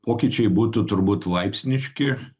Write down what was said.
pokyčiai būtų turbūt laipsniški